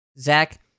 Zach